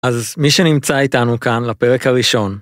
אז מי שנמצא איתנו כאן לפרק הראשון...